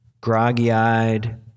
groggy-eyed